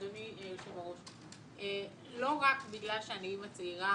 אדוני היושב-ראש, לא רק בגלל שאני אמא צעירה